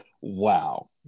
Wow